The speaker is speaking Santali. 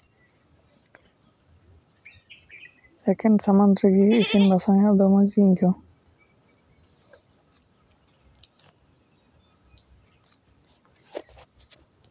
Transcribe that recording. ᱮᱠᱮᱱ ᱥᱟᱢᱟᱱ ᱨᱮᱜᱮ ᱤᱥᱤᱱ ᱵᱟᱥᱟᱝ ᱟᱹᱰᱤ ᱢᱚᱡᱽᱜᱤᱧ ᱟᱹᱭᱠᱟᱹᱣᱟ